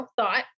thought